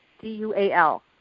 D-U-A-L